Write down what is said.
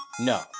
No